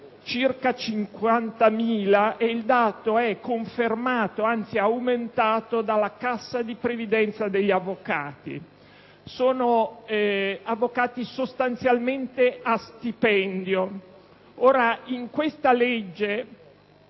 circa 50.000; dato confermato, anzi aumentato, dalla Cassa di previdenza degli avvocati. Sono avvocati sostanzialmente a stipendio. In questa legge,